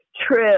true